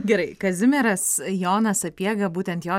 gerai kazimieras jonas sapiega būtent jo